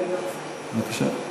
בבקשה.